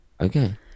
Okay